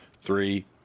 three